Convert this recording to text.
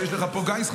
שיש לך פה גיס חמישי,